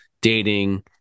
dating